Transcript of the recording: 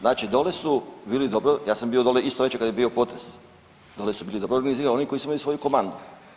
Znači dole su bili dobro, ja sam bio dole isto veče kad je bio potres, dole su bili dobro organizirani oni koji su imali svoju komandu.